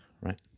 right